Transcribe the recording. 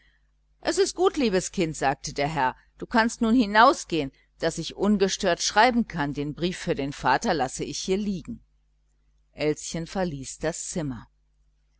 es ist gut liebes kind sagte der herr du kannst nun hinausgehen daß ich ungestört schreiben kann den brief für deinen vater lasse ich hier liegen elschen verließ das zimmer